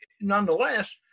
nonetheless